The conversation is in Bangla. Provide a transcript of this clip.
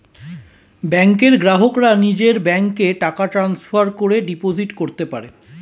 ব্যাংকের গ্রাহকরা নিজের ব্যাংকে টাকা ট্রান্সফার করে ডিপোজিট করতে পারে